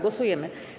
Głosujemy.